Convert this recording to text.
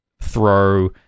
throw-